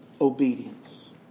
obedience